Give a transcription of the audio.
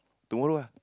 tomorrow ah